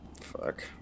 fuck